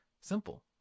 simple